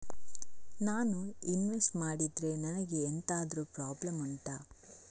ನಾನು ಇನ್ವೆಸ್ಟ್ ಮಾಡಿದ್ರೆ ನನಗೆ ಎಂತಾದ್ರು ಪ್ರಾಬ್ಲಮ್ ಉಂಟಾ